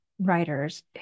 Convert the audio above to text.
writers